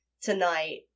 tonight